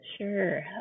Sure